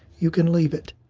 you can leave it